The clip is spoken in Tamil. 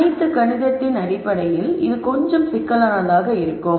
அனைத்து கணிதத்தின் அடிப்படையில் இது கொஞ்சம் சிக்கலானதாக இருக்கும்